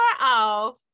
off